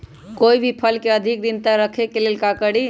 कोई भी फल के अधिक दिन तक रखे के ले ल का करी?